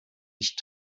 nicht